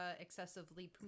excessively